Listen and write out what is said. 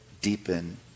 deepen